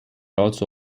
also